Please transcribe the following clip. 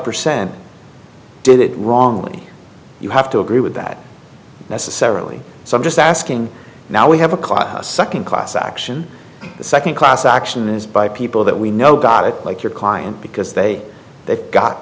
percent did it wrongly you have to agree with that necessarily so i'm just asking now we have a class second class action the second class action is by people that we know got it like your client because they they've got